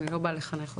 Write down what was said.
אני לא באה לחנך אותך,